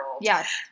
Yes